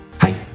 Hi